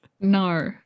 No